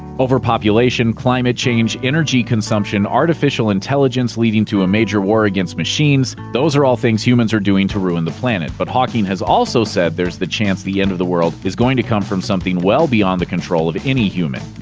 overpopulation, climate change, energy consumption, artificial intelligence leading to a major war against machines, those are all things humans are doing to ruin the planet, but hawking has also said there's the chance the end of the world is going to come from something well beyond the control of any human.